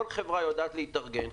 כל חברה יודעת להתארגן.